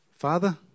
Father